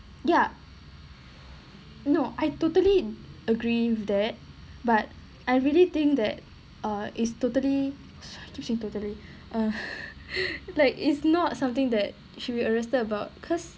ya no I totally agree with that but I really think that uh is totally keep using totally uh like it's not something that should be arrested about because